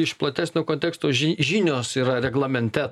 iš platesnio konteksto žinios yra reglamente